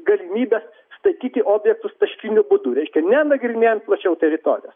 galimybes statyti objektus taškiniu būdu reiškia nenagrinėjant plačiau teritorijos